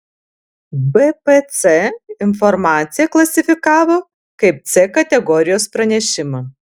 bpc informaciją klasifikavo kaip c kategorijos pranešimą